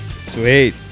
Sweet